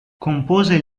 compose